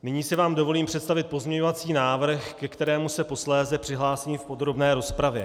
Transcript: Nyní si vám dovolím představit pozměňovací návrh, ke kterému se posléze přihlásím i v podrobné rozpravě.